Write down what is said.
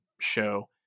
show